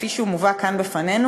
כפי שהוא מובא כאן בפנינו,